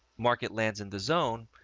market lands in the zone,